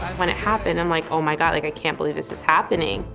when it happened, i'm like, oh my god, like i can't believe this is happening.